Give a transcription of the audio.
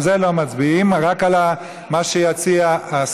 על זה לא מצביעים, רק על מה שיציע השר,